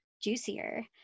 juicier